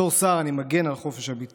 בתור שר אני מגן על חופש הביטוי,